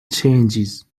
changes